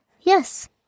Yes